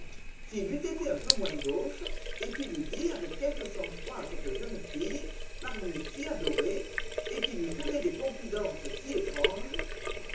eût été un peu moins gauche et qu'il eût dit avec quelque sang-froid à cette jeune fille par lui si adorée et qui lui faisait des confidences si étranges